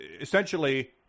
Essentially